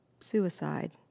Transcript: suicide